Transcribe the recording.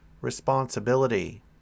Responsibility